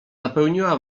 napełniła